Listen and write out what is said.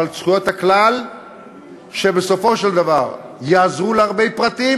אבל זכויות הכלל בסופו של דבר יעזרו להרבה פרטים.